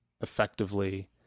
effectively